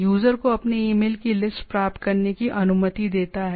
user को अपने email की लिस्ट प्राप्त करने की अनुमति देता है